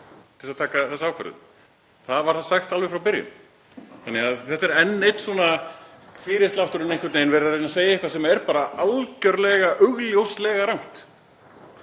til að taka þessa ákvörðun. Það var sagt alveg frá byrjun. Þannig að þetta er enn einn fyrirslátturinn. Það er einhvern veginn verið að reyna að segja eitthvað sem er bara algjörlega augljóslega rangt.